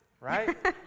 right